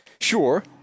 sure